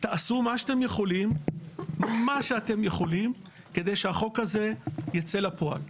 תעשו מה שאתם יכולים כדי שהחוק הזה ייצא לפועל.